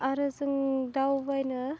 आरो जों दावबायनो